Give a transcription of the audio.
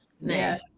Nice